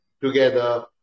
together